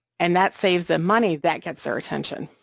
and that saves them money, that gets their attention.